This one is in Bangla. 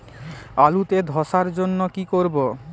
আলুতে ধসার জন্য কি করব?